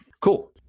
Cool